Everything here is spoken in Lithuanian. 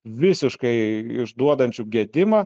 visiškai išduodančių gedimą